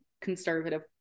conservative